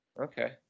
Okay